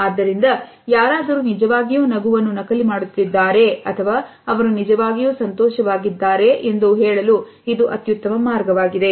ಆದ್ದರಿಂದ ಯಾರಾದರೂ ನಿಜವಾಗಿಯೂ ನಗುವನ್ನು ನಕಲಿ ಮಾಡುತ್ತಿದ್ದಾರೆ ಅಥವಾ ಅವರು ನಿಜವಾಗಿಯೂ ಸಂತೋಷವಾಗಿದ್ದಾರೆ ಎಂದು ಹೇಳಲು ಇದು ಅತ್ಯುತ್ತಮ ಮಾರ್ಗವಾಗಿದೆ